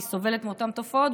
והיא סובלת מאותן תופעות,